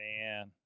Man